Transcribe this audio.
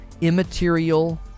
immaterial